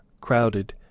crowded